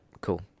Cool